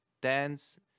dance